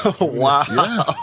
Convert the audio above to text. Wow